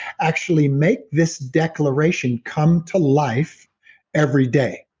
actually make this declaration come to life every day.